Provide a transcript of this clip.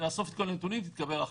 נאסוף את כל הנתונים, תתקבל החלטה.